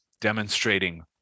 demonstrating